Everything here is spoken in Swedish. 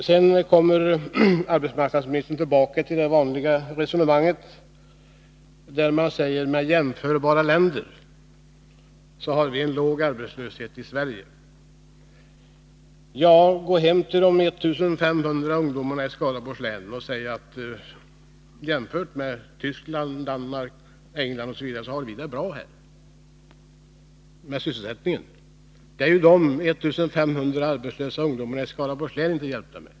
Sedan kommer arbetsmarknadsministern tillbaka till det vanliga resonemanget, som går ut på att Sverige har en låg arbetslöshet i jämförelse med andra länder. Ja, gå hem till de 1 500 ungdomarna i Skaraborgs län och säg att jämfört med Tyskland, Danmark, England osv. har vi det bra här med sysselsättningen! Det är ju de 1 500 arbetslösa ungdomarna i Skaraborgs län inte hjälpta med.